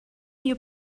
you